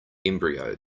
embryo